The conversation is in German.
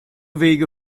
wege